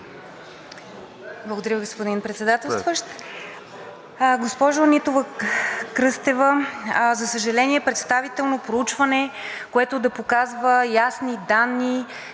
Благодаря, господин Председател.